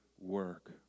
work